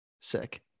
Sick